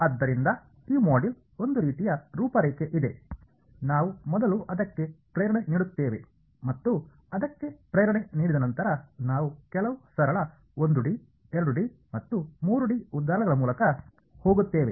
ಆದ್ದರಿಂದ ಈ ಮಾಡ್ಯೂಲ್ನ ಒಂದು ರೀತಿಯ ರೂಪರೇಖೆ ಇದೆ ನಾವು ಮೊದಲು ಅದಕ್ಕೆ ಪ್ರೇರಣೆ ನೀಡುತ್ತೇವೆ ಮತ್ತು ಅದಕ್ಕೆ ಪ್ರೇರಣೆ ನೀಡಿದ ನಂತರ ನಾವು ಕೆಲವು ಸರಳ 1ಡಿ 2ಡಿ ಮತ್ತು 3ಡಿ ಉದಾಹರಣೆಗಳ ಮೂಲಕ ಹೋಗುತ್ತೇವೆ